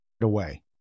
away